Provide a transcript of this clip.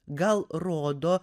gal rodo